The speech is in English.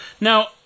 Now